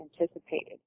anticipated